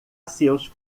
seus